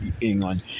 England